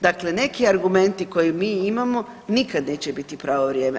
Dakle, neki argumenti koje mi imamo nikad neće biti pravo vrijeme.